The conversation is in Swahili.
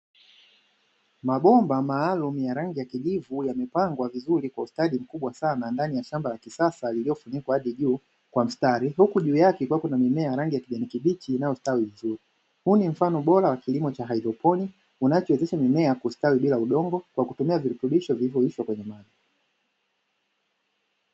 Mabomba maalumu ya rangi ya kijivu yamepangwa vizuri kwa ustadi mkubwa sana ndani ya shamba la kisasa liliofunikwa hadi juu kwa mstari, huku juu yake kukiwa na mimea ya rangi ya kijani kibichi inayostawi vizuri, huu ni mfano bora wa kilimo cha haidroponi, unachowezesha mimea kustawi bila udongo kwa kutumia virutubisho vilivyoyeyushwa kwenye maji.